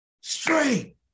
Straight